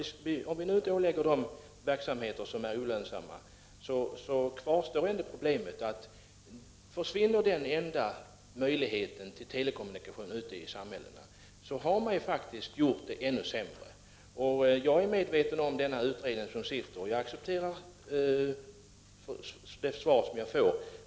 1989/90:34 om vi inte ålägger televerket verksamheter som är olönsamma kvarstår detta — 28 november 1989 problem, nämligen att om denna enda möjlighet till telekommunikation ute. GT, i samhällena försvinner blir ju situationen på dessa orter ännu sämre. Jag är medveten om den utredning som sitter, och jag accepterar det svar som kommunikationsministern ger mig.